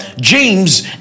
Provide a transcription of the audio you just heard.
James